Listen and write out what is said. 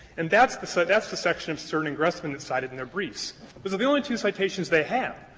and that's the so that's the section in stern and gressman that's cited in their briefs. those are the only two citations they have,